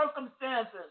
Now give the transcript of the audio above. circumstances